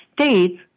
states